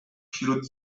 wśród